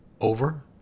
Over